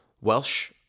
Welsh